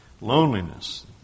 loneliness